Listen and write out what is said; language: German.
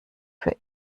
für